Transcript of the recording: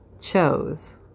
chose